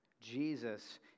Jesus